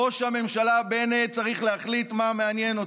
ראש הממשלה בנט צריך להחליט מה מעניין אותו,